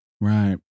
Right